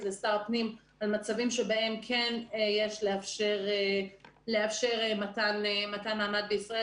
לשר הפנים על מצבים שבהם כן יש לאפשר מתן מעמד בישראל.